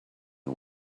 you